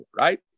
right